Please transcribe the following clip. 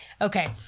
okay